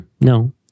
No